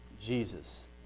Jesus